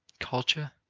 culture,